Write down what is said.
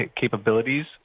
capabilities